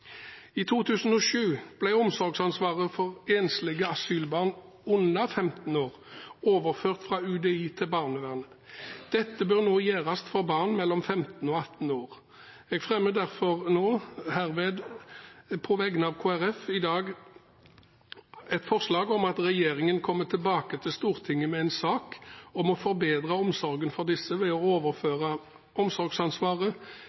I 2007 ble omsorgsansvaret for enslige asylbarn under 15 år overført fra UDI til barnevernet. Dette bør nå gjøres for barn mellom 15 og 18 år. Jeg fremmer derfor herved på vegne av Kristelig Folkeparti et forslag om at regjeringen kommer tilbake til Stortinget med en sak om å forbedre omsorgen for disse ved å overføre omsorgsansvaret